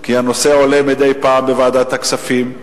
כי הנושא עולה מדי פעם בוועדת הכספים.